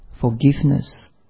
forgiveness